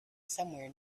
somewhere